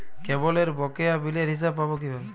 কেবলের বকেয়া বিলের হিসাব পাব কিভাবে?